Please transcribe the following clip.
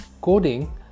coding